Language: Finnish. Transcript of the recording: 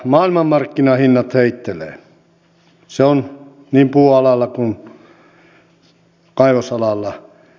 maailmanmarkkinahinnat heittelevät se on niin puualalla kuin kaivosalalla